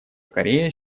корея